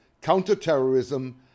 counterterrorism